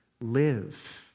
live